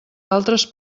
altres